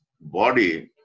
body